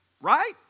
Right